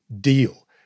deal